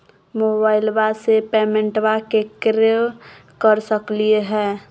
मोबाइलबा से पेमेंटबा केकरो कर सकलिए है?